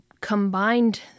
combined